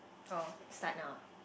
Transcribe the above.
oh start now ah